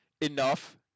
enough